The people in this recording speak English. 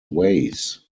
ways